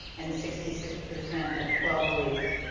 an sixty six percent at twelve weeks.